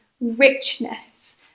richness